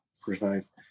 precise